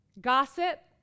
Gossip